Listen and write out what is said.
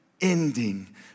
ending